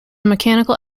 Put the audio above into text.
mechanical